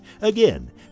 Again